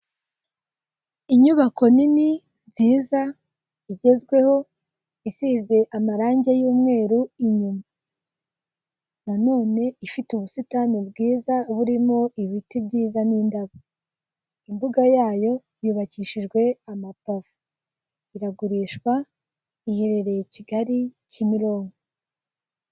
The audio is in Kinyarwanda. Inyubako nini nziza igezweho isize amarangi y'mweru inyuma. na nnone ifite ubusitani bwiza burimo ibiti byiza n'indabo. Imbuga yayo yubakishijwe amapave iragurishwa, iherereye i Kigali Kimironko.